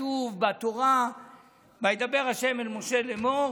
כתוב בתורה "וידבר ה' אל משה לאמר"